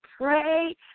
pray